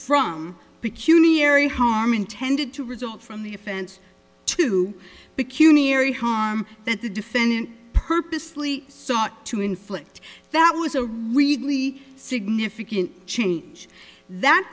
from peculiarity harm intended to result from the offense to the cuny ery harm that the defendant purposely sought to inflict that was a really significant change that